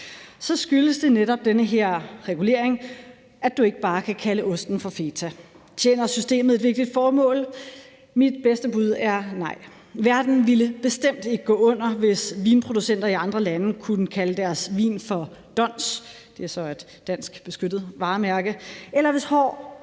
skyldes det netop denne her regulering, at du ikke bare kan kalde osten for feta. Tjener systemet et virkeligt formål? Mit bedste bud er nej. Verden ville bestemt ikke gå under, hvis vinproducenter i andre lande kunne kalde deres vin for DONS – det er så et dansk beskyttet varemærke – eller hvis hård,